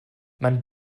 man